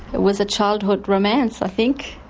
it was a childhood romance i think,